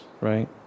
right